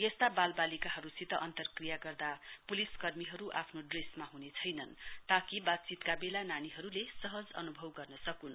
यस्ता बालबालिकाहरूसित अन्तक्रिया गर्दा पुलिस कर्मीहरू आफ्नो ड्रेसमा हुने छैनन् ताकि बातचीतका बेला नानीहरूले सहज अनुभाव गर्न सकुन्